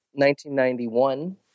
1991